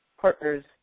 partners